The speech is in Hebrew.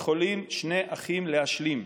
יכולים שני אחים להשלים,